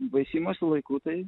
veisimosi laiku tai